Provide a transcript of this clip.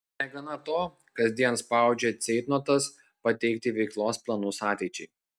negana to kasdien spaudžia ceitnotas pateikti veiklos planus ateičiai